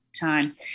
time